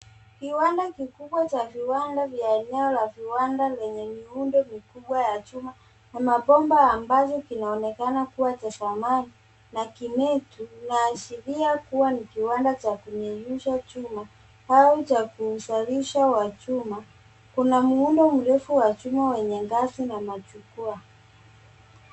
Kiwanda kikubwa cha viwanda vya eneo la viwanda lenye miundo mikubwa ya chuma na mabomba ambazo kinaonekana kuwa cha sanaa na kimetu linaashiria kuwa ni kiwanda cha kuyeyusha chuma au cha kuzalisha wachuma. Kuna muundo mrefu wa chuma wenye ngazi na majukwaa.